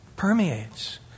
permeates